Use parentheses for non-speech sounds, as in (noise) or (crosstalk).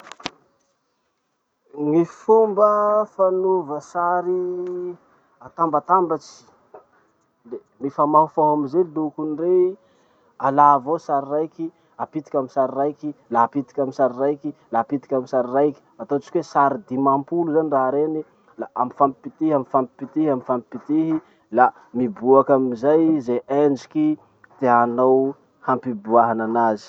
(noise) Gny fomba fanova sary atambatambatsy (hesitation) le mifamahofaho amizay lokony rey. Alà avao sary raiky apitiky amy sary raiky la apitiky amy sary raiky la apitiky amy sary raiky. Ataotsika hoe sary dimampolo zany raha reny, la ampifampipitiha ampifampipitiha ampifampipitihy la miboraky amizay ze endriky tianao hampiboahanan'azy.